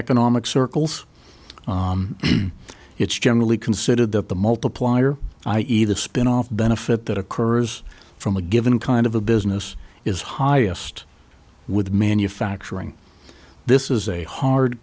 economic circles it's generally considered that the multiplier i e the spin off benefit that occurs from a given kind of a business is highest with manufacturing this is a hard